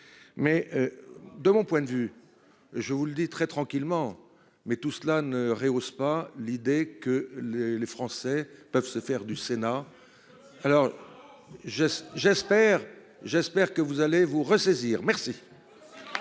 Mais. De mon point de vue, je vous le dis très tranquillement, mais tout cela ne rehausse pas l'idée que les les Français peuvent se faire du Sénat. Alors. J'ai, j'espère, j'espère que vous allez vous ressaisir, merci.